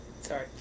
Sorry